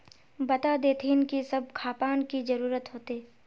बता देतहिन की सब खापान की जरूरत होते?